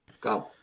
Go